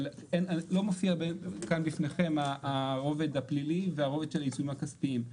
לא מופיע בפניכם הרובד הפלילי והרובד של היישומים הכספיים.